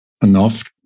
enough